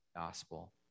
gospel